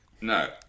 No